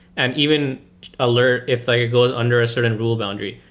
and even alert, if like it goes under a certain rule boundary,